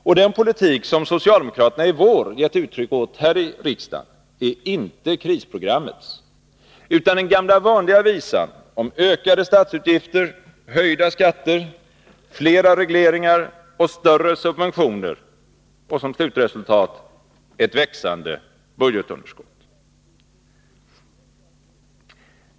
Och den politik som socialdemokraterna i vår gett uttryck åt här i riksdagen är inte krisprogrammets utan den gamla vanliga visan om ökade statsutgifter, höjda skatter, flera regleringar och större subventioner och — som slutresultat — ett växande budgetunderskott.